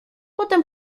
potem